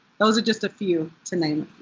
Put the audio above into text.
those are just a few, to name